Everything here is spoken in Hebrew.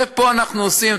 פה אנחנו עושים,